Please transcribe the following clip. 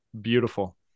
Beautiful